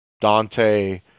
Dante